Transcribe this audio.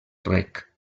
rec